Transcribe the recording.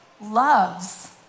loves